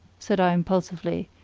said i impulsively,